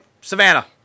Savannah